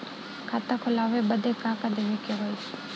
खाता खोलावे बदी का का देवे के होइ?